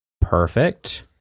Perfect